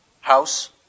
house